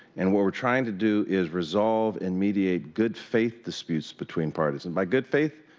and what we are trying to do is resolve and mediate good-faith disputes between parties and by good faith,